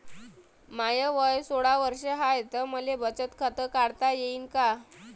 माय वय सोळा वर्ष हाय त मले बचत खात काढता येईन का?